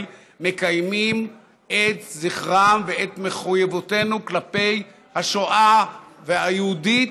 מקיימים את מחויבותנו כלפי השואה היהודית